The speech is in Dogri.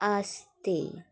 आस्तै